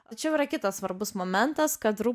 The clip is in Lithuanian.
tačiau yra kitas svarbus momentas kad rū